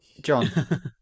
john